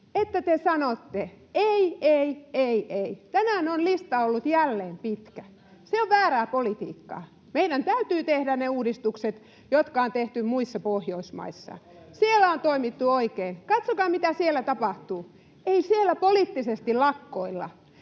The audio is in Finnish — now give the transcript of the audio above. että te sanotte ”ei, ei, ei, ei”. Tänään on lista ollut jälleen pitkä. Se on väärää politiikkaa. Meidän täytyy tehdä ne uudistukset, jotka on tehty muissa Pohjoismaissa. Siellä on toimittu oikein. Katsokaa, mitä siellä tapahtuu. Ei siellä poliittisesti lakkoilla.